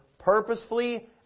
purposefully